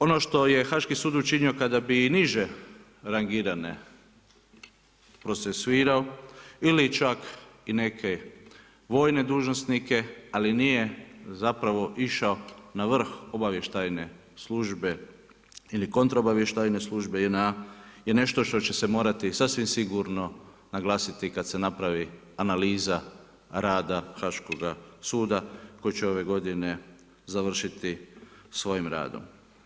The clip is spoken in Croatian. Ono što je Haški sud učinio kada bi i niže rangirane procesuirao ili čak i neke vojne dužnosnike ali nije zapravo išao na vrh obavještajne službe ili kontraobavještajne službe JNA je nešto što će se morati sasvim sigurno naglasiti kada se napravi analiza rada Haškoga suda koji će ove godine završiti svojim radom.